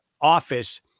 office